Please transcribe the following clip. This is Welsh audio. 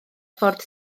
ffordd